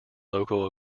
local